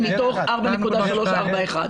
מתוך 4.341 מיליארד.